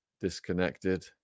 disconnected